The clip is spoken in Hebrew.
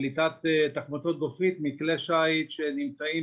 בפליטת תחמוצות גופרית מכלי שיט שנמצאים